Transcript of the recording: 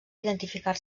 identificar